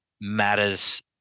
matters